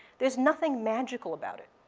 there's nothing magical about it.